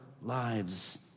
lives